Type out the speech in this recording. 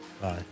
Bye